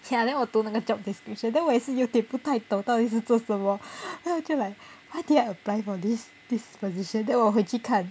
ya then 我读那个 job description then 我也是有点不太懂到底是在做什么 then 我就 like why did I apply for this this position then 我回去看